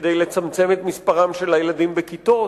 כדי לצמצם את מספרם של הילדים בכיתות